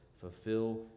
Fulfill